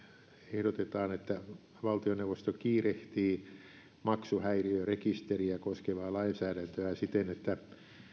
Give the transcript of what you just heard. ehdotetaan että valtioneuvosto kiirehtii maksuhäiriörekisteriä koskevaa lainsäädäntöä siten että